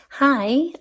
Hi